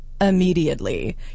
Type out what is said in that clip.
immediately